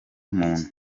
muntu